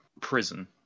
prison